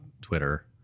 Twitter